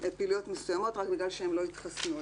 פעילויות מסוימות רק בגלל שהם לא התחסנו,